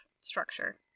structure